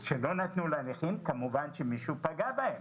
שלא נתנו לנכים, כמובן שמישהו פגע בהם.